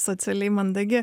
socialiai mandagi